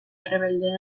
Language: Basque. errebeldeen